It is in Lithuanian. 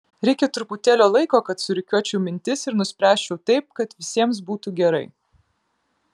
reikia truputėlio laiko kad surikiuočiau mintis ir nuspręsčiau taip kad visiems būtų gerai